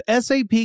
SAP